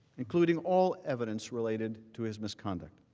including all evidence related to his misconduct.